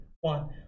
one